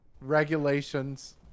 regulations